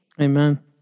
Amen